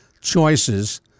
choices